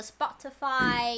Spotify